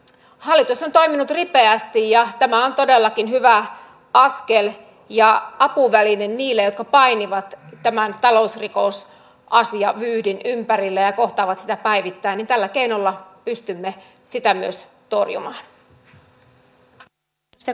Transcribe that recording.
hallitus on toiminut ripeästi ja tämä on todellakin hyvä askel ja apuväline niille jotka painivat tämän talousrikosasiavyyhdin ympärillä ja kohtaavat sitä päivittäin ja tällä keinolla pystymme sitä myös torjumaan